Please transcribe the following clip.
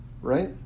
right